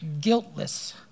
guiltless